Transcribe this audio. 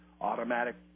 automatic